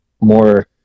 more